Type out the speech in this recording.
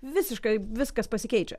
visiškai viskas pasikeičia